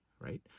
right